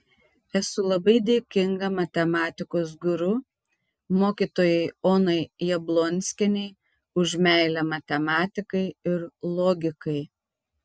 esu labai dėkinga matematikos guru mokytojai onai jablonskienei už meilę matematikai ir logikai